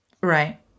Right